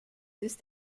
ist